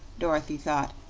dorothy thought,